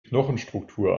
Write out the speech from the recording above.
knochenstruktur